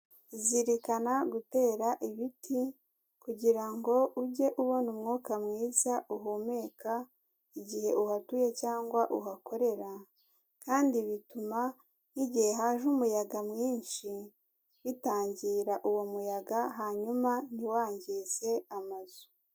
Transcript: Zirikana gutera ibiti kugirango ujye ubona umwuka mwiza uhumeka igihe uhatuye cyangwa uhakorera kandi bituma nk'igihe haje umuyaga mwinshi, bitangira uwo muyaga hanyuma ntiwangize amazu.